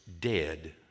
dead